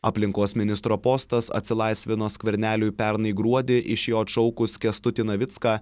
aplinkos ministro postas atsilaisvino skverneliui pernai gruodį iš jo atšaukus kęstutį navicką